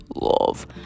love